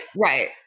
right